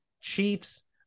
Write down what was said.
Chiefs